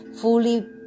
fully